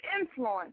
influence